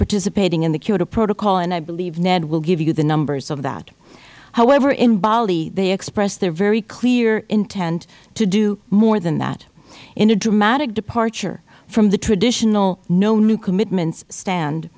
participating in the kyoto protocol and i believe ned will give you the numbers of that however in bali they expressed their very clear intent to do more than that in a dramatic departure from the traditional no new commitments stand